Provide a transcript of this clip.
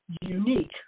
unique